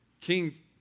Kings